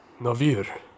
Navir